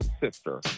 sister